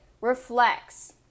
reflects